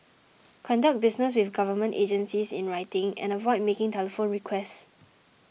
conduct business with government agencies in writing and avoid making telephone requests